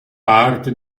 parte